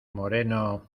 moreno